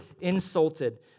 insulted